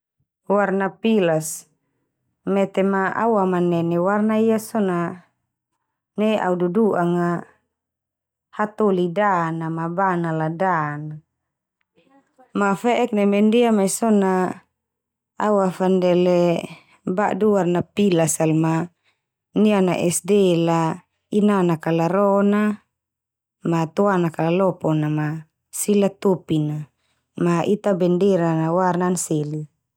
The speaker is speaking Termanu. Warna pilas. Mete ma au awamanene warna ia so na nai au dudu'anga hatoli dan na, ma bana la dan na. Ma fe'ek neme ndia mai so na awafandele badu warna pila sal ma, niana SD la inanak kala ron, na ma toanak kala lopo na ma, sila topi na. Ma ita bendera na warnan seli.